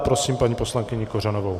Prosím paní poslankyni Kořanovou.